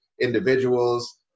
individuals